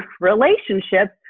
relationships